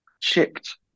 chipped